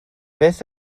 beth